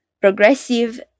progressive